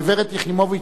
"הגברת יחימוביץ",